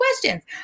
questions